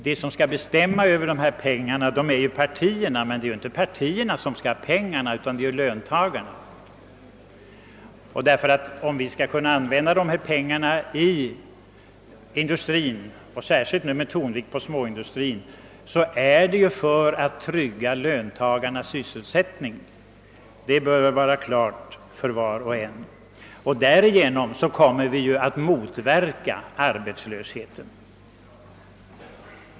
De som skall bestämma över pengarna är partierna, men det är inte partierna som skall ha pengarna, utan det är löntagarna. Om vi skall kunna använda pengarna i industrin, särskilt med tonvikt på småindustrin, är det för att trygga löntagarnas sysselsättning. Det bör vara klart för var och en. Därigenom kommer vi ju att motverka arbetslösheten.